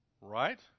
Right